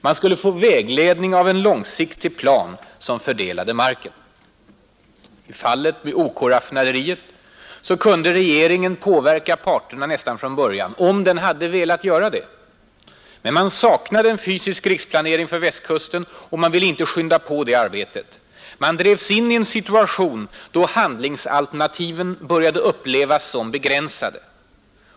Man skulle få vägledning av Nr 122 en långsiktig plan som fördelade marken. I fallet med OK-raffinaderiet kunde regeringen påverka parterna nästan från början — om den hade velat göra det. Men man saknade en = 200 fysisk riksplanering för Västkusten, och man ville inte skynda på det — Den fysiska riksplaarbetet. Man drevs in i en situation då handlingsalternativen började neringen m.m. upplevas som begränsade.